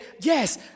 yes